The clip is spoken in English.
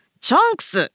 Chunks